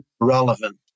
relevant